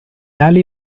ali